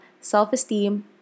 self-esteem